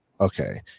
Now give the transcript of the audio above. okay